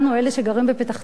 אלה שגרים בפתח-תקווה,